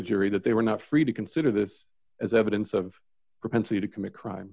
jury that they were not free to consider this as evidence of a propensity to commit crime